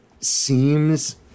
seems